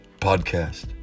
Podcast